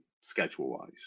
schedule-wise